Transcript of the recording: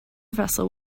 vessel